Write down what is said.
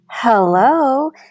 Hello